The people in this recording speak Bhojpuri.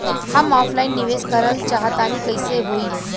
हम ऑफलाइन निवेस करलऽ चाह तनि कइसे होई?